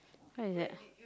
what is that